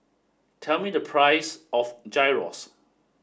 tell me the price of Gyros